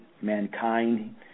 mankind